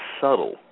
subtle